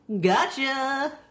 gotcha